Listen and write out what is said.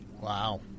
Wow